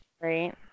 right